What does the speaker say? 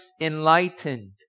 enlightened